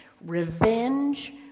revenge